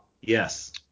Yes